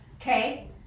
Okay